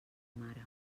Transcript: mare